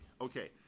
okay